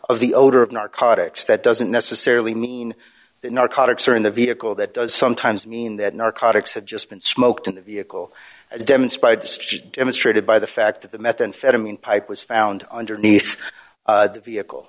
of the odor of narcotics that doesn't necessarily mean that narcotics are in the vehicle that does sometimes mean that narcotics had just been smoked in the view as demonstrated just demonstrated by the fact that the methamphetamine pipe was found underneath the vehicle